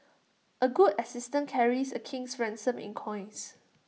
A good assistant carries A king's ransom in coins